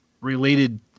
related